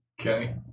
Okay